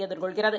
எதிர்கொள்கிறது